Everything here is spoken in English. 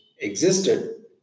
existed